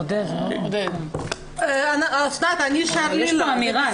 אוסנת, אני שרלילה.